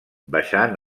baixant